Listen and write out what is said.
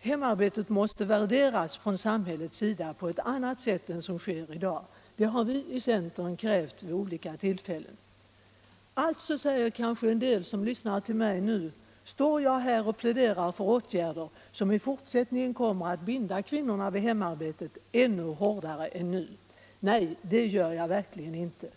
Hemarbetet måste från samhällets sida värderas på eu helt annat sätt än som sker i dag. Det har vi från centern krävt vid olika tillfällen. Alltså — säger kanske en del som nu lyssnar på mig — står jug här och pläderar för åtgärder som i fortsättningen kommer att binda kvinnorna vid hemarbetet ändå hårdare än nu. Nej, det gör jag verkligen inte.